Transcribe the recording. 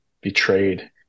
betrayed